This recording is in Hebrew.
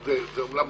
זה אומנם